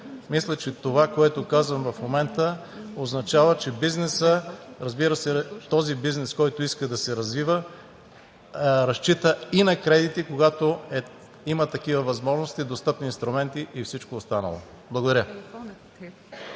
Мисля, че това, което казвам в момента, означава, че бизнесът – разбира се, този бизнес, който иска да се развива, разчита и на кредити, когато има такива възможности, достъпни инструменти и всичко останало. Благодаря.